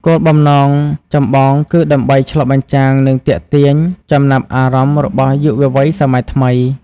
គោលបំណងចម្បងគឺដើម្បី ឆ្លុះបញ្ចាំង និង ទាក់ទាញ ចំណាប់អារម្មណ៍របស់យុវវ័យសម័យថ្មី។